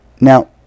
Now